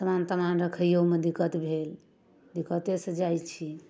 समान तमान रखैओमे दिक्कत भेल दिक्कतेसँ जाइ छी